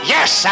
Yes